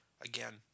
again